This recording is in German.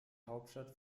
hauptstadt